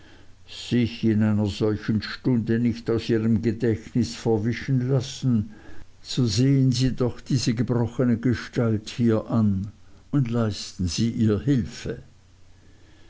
sich in einer solchen stunde nicht aus ihrem gedächtnis verwischen lassen so sehen sie doch diese gebrochene gestalt hier an und leisten sie ihr hilfe